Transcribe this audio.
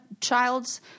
child's